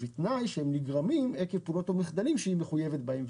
ובתנאי שהם נגרמים עקב פעולות או מחדלים שהיא מחויבת בהם,